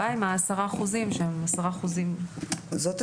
הבעיה עם ה-10%, שהם 10%. זאת הבעיה.